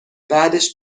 بعدش